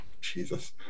Jesus